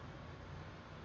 ah yes